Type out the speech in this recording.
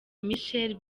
michael